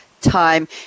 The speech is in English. time